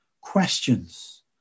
questions